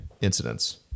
incidents